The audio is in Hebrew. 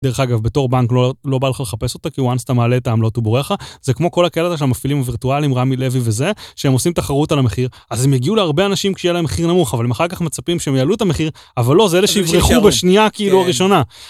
דרך אגב בתור בנק לא בא לך לחפש אותה כי ברגע שאתה מעלה את העמלות הוא בורח לך. זה כמו כל הקלטה של מפעילים וורטואלים רמי לוי וזה שהם עושים תחרות על המחיר אז הם יגיעו להרבה אנשים כשיהיה להם מחיר נמוך אבל אחר כך מצפים שהם יעלו את המחיר... אבל לא זה אלה שיברחו בשנייה כאילו הראשונה.